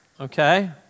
Okay